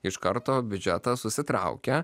iš karto biudžetas susitraukia